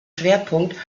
schwerpunkt